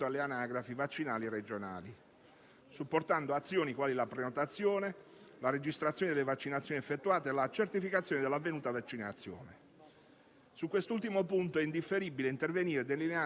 Su quest'ultimo punto è indifferibile intervenire delineando i requisiti minimi della certificazione di avvenuta vaccinazione, in relazione anche ai possibili utilizzi che questa certificazione potrà avere nel futuro prossimo.